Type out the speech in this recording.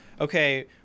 okay